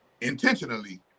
intentionally